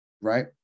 right